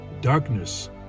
darkness